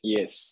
Yes